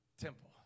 temple